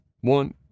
one